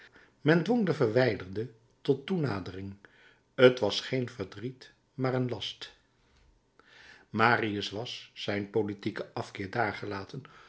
men dwong den verwijderde tot toenadering t was geen verdriet maar een last marius was zijn politieken afkeer